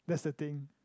that's the thing